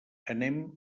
anem